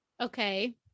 Okay